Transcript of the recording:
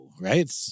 right